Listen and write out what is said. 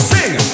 Sing